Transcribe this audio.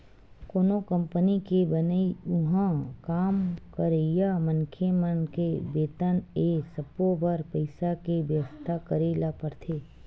कोनो कंपनी के बनई, उहाँ काम करइया मनखे मन के बेतन ए सब्बो बर पइसा के बेवस्था करे ल परथे